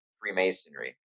freemasonry